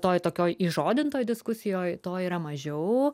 toj tokioj įžodintoj diskusijoj to yra mažiau